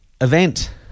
event